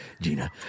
Gina